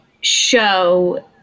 show